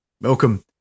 welcome